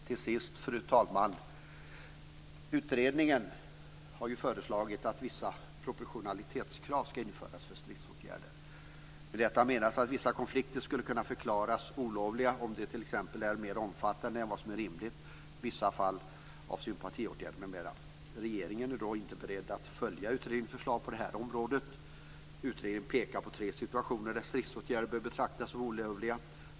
Till sist, fru talman, har utredningen föreslaget att vissa proportionalitetskrav ska införas för stridsåtgärder. Med detta menas att vissa konflikter skulle kunna förklaras olovliga om de t.ex. är mer omfattande än vad som är rimligt, vissa fall av sympatiåtgärder m.m. Regeringen är dock inte beredd att följa utredningens förslag på det här området. Utredningen pekar på tre situationer där stridsåtgärder bör betraktas som olovliga.